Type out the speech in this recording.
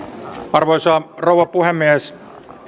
arvoisa rouva puhemies